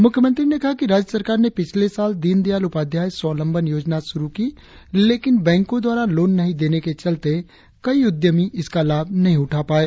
मुख्यमंत्री ने कहा कि राज्य सरकार ने पिछले साल दीनदयाल उपाध्याय स्वावलम्बन योजना शुरु की लेकिन बैंको द्वारा लोन नही देने के चलते कई उद्यमी इसका लाभ नही उठा पाये